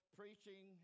preaching